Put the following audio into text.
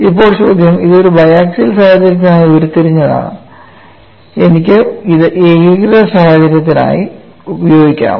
ഇപ്പോൾ ചോദ്യം ഇത് ഒരു ബയാക്സിയൽ സാഹചര്യത്തിനായി ഉരുത്തിരിഞ്ഞതാണ് എനിക്ക് ഇത് ഏകീകൃത സാഹചര്യത്തിനായി ഉപയോഗിക്കാമോ